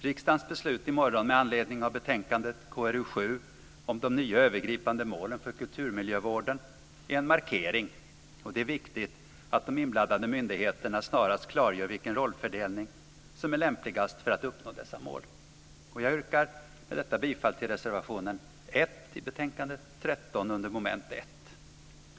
Riksdagens beslut i morgon med anledning av betänkande KrU7 om de nya övergripande målen för kulturmiljövården är en markering. Det är viktigt att de inblandade myndigheterna snarast klargör vilken rollfördelning som är lämpligast för att uppnå dessa mål. Jag yrkar med detta bifall till reservation 1 i betänkande 13 under moment 1.